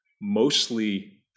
mostly